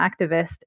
activist